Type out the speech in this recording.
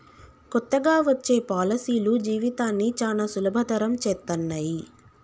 కొత్తగా వచ్చే పాలసీలు జీవితాన్ని చానా సులభతరం చేత్తన్నయి